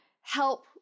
help